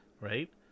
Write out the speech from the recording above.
Right